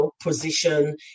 position